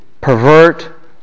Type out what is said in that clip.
pervert